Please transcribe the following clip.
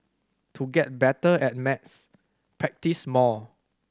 to get better at maths practise more